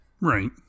Right